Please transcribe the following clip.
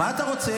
מה אתה רוצה?